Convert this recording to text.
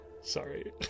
Sorry